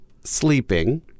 sleeping